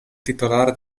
titolare